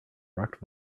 rocked